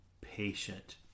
patient